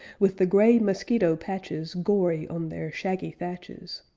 with the gray mosquito patches gory on their shaggy thatches.